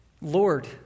Lord